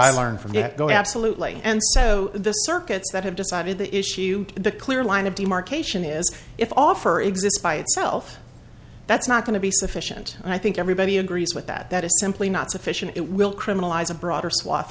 i learned from the get go absolutely and so the circuits that have decided the issue the clear line of demarcation is if offer exists by itself that's not going to be sufficient and i think everybody agrees with that that is simply not sufficient it will criminalize a broader swath